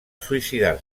suïcidar